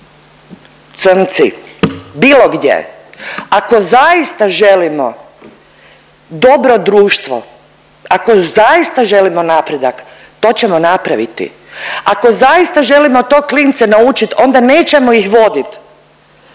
crnci, bilo gdje. Ako zaista želimo dobro društvo, ako zaista želimo napredak, to ćemo napraviti. Ako zaista želimo to klince naučit, onda nećemo ih vodit